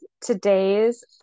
today's